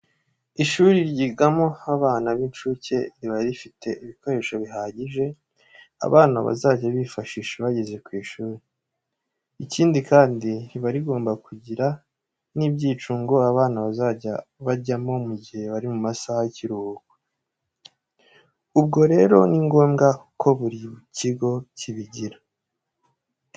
Ishuri ryigamo abana b'incuke riba rifite ibikoresho bihagije abana bazajya bifashisha bageze ku ishuri. Ikindi kandi riba rigomba kugira n'ibyicungo abana bazajya bajyamo mu gihe bari mu masaha y'ikiruhuko. Ubwo rero ni ngombwa ko buri kigo kibigira.